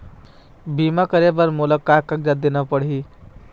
बीमा करे बर मोला का कागजात देना पड़ही?